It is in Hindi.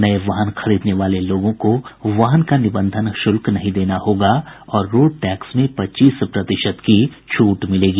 नये वाहन खरीदने वाले लोगों को वाहन का निबंधन शुल्क नहीं देना होगा और रोड टैक्स में पच्चीस प्रतिशत की छूट मिलेगी